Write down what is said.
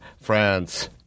France